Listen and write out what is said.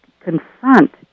confront